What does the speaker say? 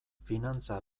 finantza